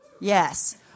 Yes